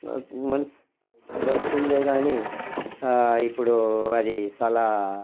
మనుస్ వస్తుందే కానీ ఇప్పుడు అది చాలా